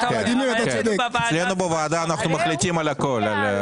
אצלנו בוועדה, אנחנו מחליטים על הכל.